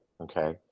Okay